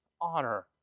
honor